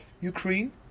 Ukraine